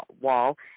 wall